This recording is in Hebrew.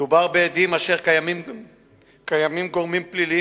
מדובר בעדים אשר קיימים גורמים פליליים